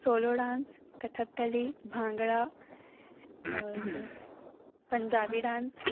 solo dance Kathakali bhangra और Punjabi dance